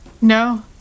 No